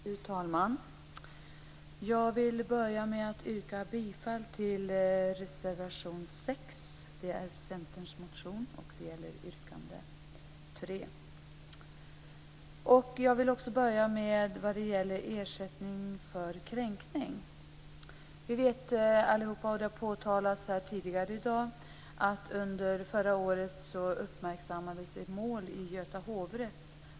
Fru talman! Jag vill börja med att yrka bifall till reservation 6. Den gäller centerns motion och yrkande 3. Jag vill först tala om ersättning för kränkning. Vi vet allihop, som har påtalats här tidigare i dag, att under förra året uppmärksammades ett mål i Göta hovrätt.